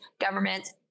governments